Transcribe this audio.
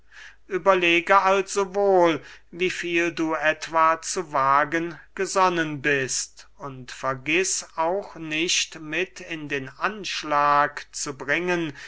überlege also wohl wie viel du etwa zu wagen gesonnen bist und vergiß auch nicht mit in den anschlag zu bringen